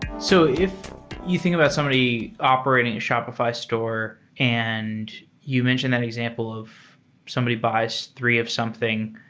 so if you think about somebody operating a shopify store, and you mentioned that example of somebody buys three of something,